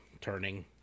turning